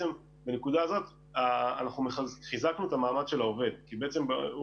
בנקודה הזאת חיזקנו את המעמד של העובד כי בעצם אם